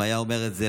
ואם היה אומר את זה,